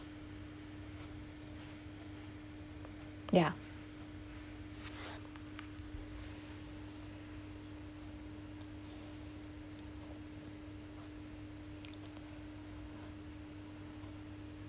yeah